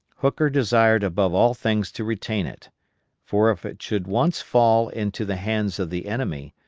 hooker desired above all things to retain it for if it should once fall into the hands of the enemy,